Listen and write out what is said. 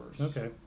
Okay